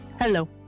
Hello